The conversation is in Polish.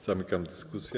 Zamykam dyskusję.